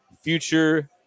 Future